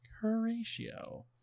Horatio